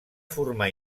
formar